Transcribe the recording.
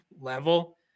level